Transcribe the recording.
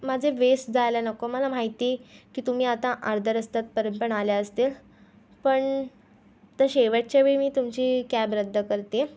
माझे वेस्ट जायला नको मला माहिती की तुम्ही आता अर्ध्या रस्त्यातपर्यंत पण आल्या असतील पण ते शेवटच्या वेळी मी तुमची कॅब रद्द करते